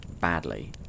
badly